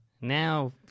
Now